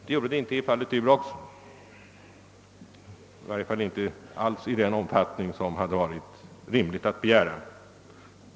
Så skedde inte i fallet Durox, i varje fall inte alls i den omfattning som det hade varit rimligt att begära.